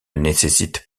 nécessite